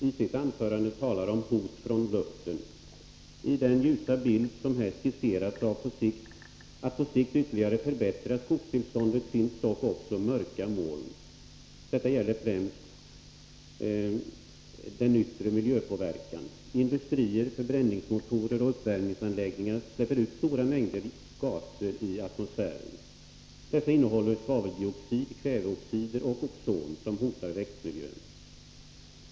I ett avsnitt som rubricerats ”Hot från luften” sade han följande: ”I den ljusa bild som här skisserats att på sikt ytterligare förbättra skogstillståndet finns dock också mörka moln. Detta gäller främst den yttre miljöpåverkan. Industrier, förbränningsmotorer och uppvärmningsanläggningar släpper ut stora mängder gaser i atmosfären. Dessa innehåller svaveldioxid, kväveoxider och ozon, som hotar växtmiljön.